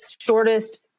shortest